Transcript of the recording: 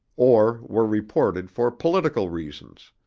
or were reported for political reasons.